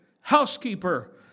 Housekeeper